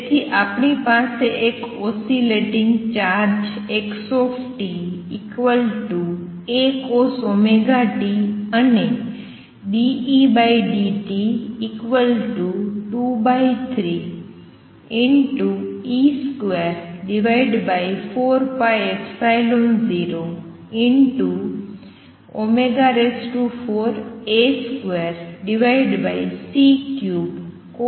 તેથી આપણી પાસે એક ઓસિલેટીંગ ચાર્જ x અને છે